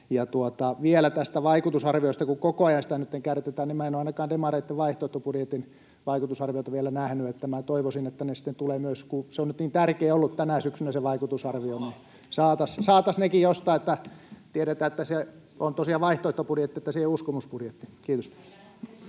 Vielä tästä vaikutusarviosta, kun koko ajan sitä nytten kärtetään: Minä en ole ainakaan demareitten vaihtoehtobudjetin vaikutusarviota vielä nähnyt. Minä toivoisin, että ne sitten tulevat myös, kun se vaikutusarvio on niin tärkeä ollut tänä syksynä. Saataisiin nekin jostain, että tiedetään, että se on tosiaan vaihtoehtobudjetti, että se ei ole uskomusbudjetti. — Kiitos.